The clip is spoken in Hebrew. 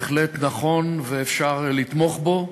בהחלט נכון ואפשר לתמוך בו